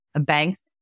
banks